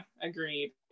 agreed